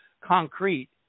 concrete